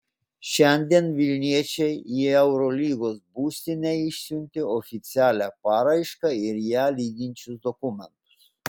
šiandien vilniečiai į eurolygos būstinę išsiuntė oficialią paraišką ir ją lydinčius dokumentus